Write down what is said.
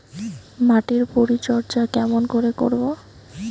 মাটির পরিচর্যা কেমন করে করব?